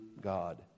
God